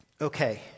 okay